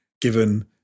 given